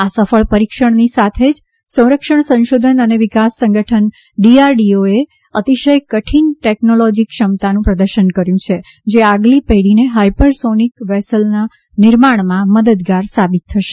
આ સફળ પરીક્ષણની સાથે જ સંરક્ષણ સંશોધન અને વિકાસ સંગઠન ડીઆરડીઓએ અતિશય કઠિન ટેકનોલોજી ક્ષમતાનું પ્રદર્શન કર્યું છે જે આગલી પેઢીને હાઇપરસોનિક વાહનના નિર્માણમાં મદદગાર સાબિત થશે